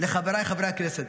לחבריי חברי הכנסת: